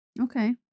Okay